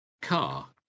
car